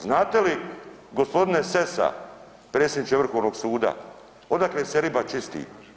Znate li gospodine Sessa predsjedniče Vrhovnog suda odakle se riba čisti?